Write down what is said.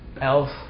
else